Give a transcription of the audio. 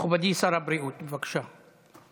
מכובדי שר הבריאות, בבקשה.